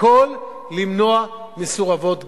הכול, למנוע מסורבות גט.